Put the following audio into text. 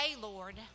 Lord